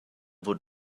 wurde